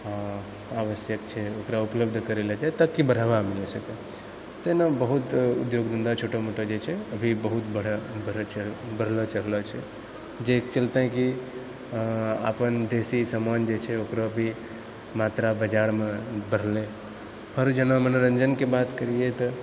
आवश्यक छै ओकरा उपलब्ध करलो जाय ताकि बढ़ावा मिल सकै तेना बहुत उद्योग धन्धा छोटा मोटा जे छै अभी बहुत बढ़लो चढ़लो छै जाहिके चलते कि अपन देशी सामान जे छै ओकरो भी मात्रा बाजारमे बढ़लै आओर जेना मनोरञ्जनके बात करियै तऽ